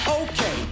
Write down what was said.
Okay